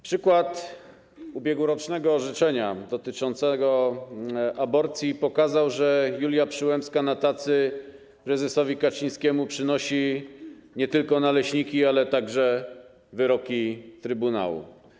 Przykład ubiegłorocznego orzeczenia dotyczącego aborcji pokazał, że Julia Przyłębska na tacy prezesowi Kaczyńskiemu przynosi nie tylko naleśniki, ale także wyroki trybunału.